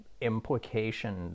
implication